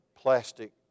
plastic